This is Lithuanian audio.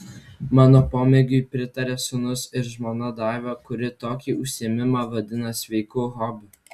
mano pomėgiui pritaria sūnus ir žmona daiva kuri tokį užsiėmimą vadina sveiku hobiu